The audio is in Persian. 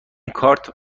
کارت